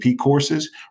courses